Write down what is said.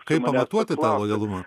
kaip pamatuoti tą lojalumą